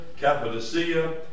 Cappadocia